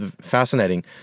fascinating